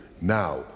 Now